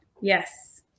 Yes